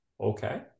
Okay